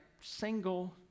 single